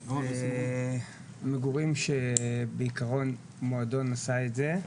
זה מגורים שכעקרון המועדון עשה את זה,